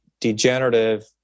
degenerative